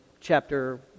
chapter